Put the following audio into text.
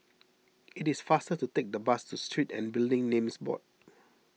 it is faster to take the bus to Street and Building Names Board